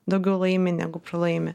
daugiau laimi negu pralaimi